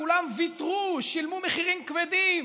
כולם ויתרו, שילמו מחירים כבדים.